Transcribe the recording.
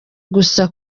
gusa